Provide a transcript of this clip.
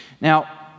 Now